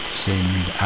send